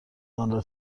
آنرا